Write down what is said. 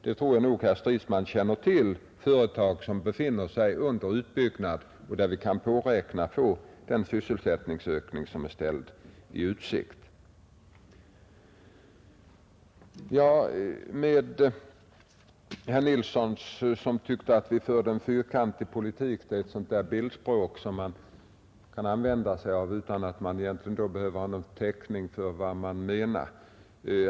Jag tror nog att herr Stridsman känner till företag som befinner sig under utbyggnad och genom vilka vi kan påräkna den sysselsättningsökning som är ställd i utsikt. Herr Nilsson i Tvärålund tyckte att regeringen för en fyrkantig politik. Det är ett sådant där bildspråk som man kan använda utan att egentligen ha någon täckning för vad man säger.